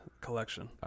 collection